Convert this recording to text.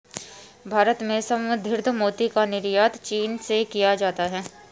भारत में संवर्धित मोती का निर्यात चीन से किया जाता है